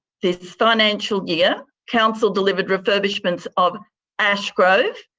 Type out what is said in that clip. this financial year, council delivered refurbishments of ashgrove,